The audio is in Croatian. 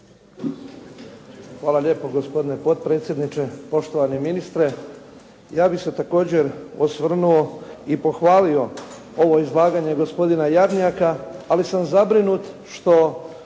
Hvala lijepo gospodine potpredsjedniče, poštovani ministre. Ja bih se također osvrnuo i pohvalio ovo izlaganje gospodina Jarnjaka, ali sam zabrinut što